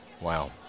Wow